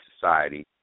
society